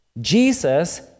Jesus